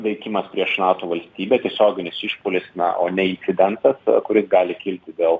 veikimas prieš nato valstybę tiesioginis išpuolis na o ne incidentas kuris gali kilti dėl